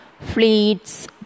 fleets